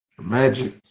Magic